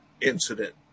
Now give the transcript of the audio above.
incident